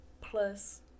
plus